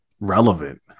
relevant